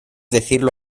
decirlo